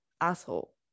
Asshole